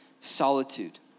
solitude